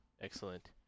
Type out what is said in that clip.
excellent